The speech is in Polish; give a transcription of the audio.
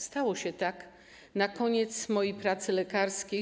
Stało się tak na koniec mojej pracy lekarskiej.